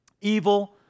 evil